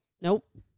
Nope